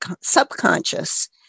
subconscious